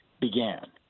began